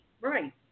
right